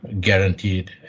guaranteed